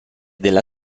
della